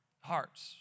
hearts